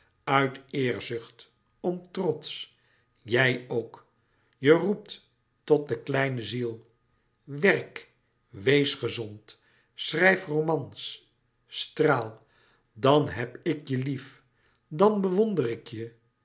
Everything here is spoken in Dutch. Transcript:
uit eerzucht om trots jij ook je roept tot de kleine ziel werk wees gezond schrijf romans straal dàn heb ik je lief dàn bewonder ik je